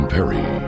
Perry